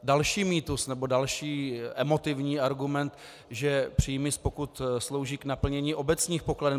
Další mýtus nebo další emotivní argument, že příjmy z pokut slouží k naplnění obecních pokladen.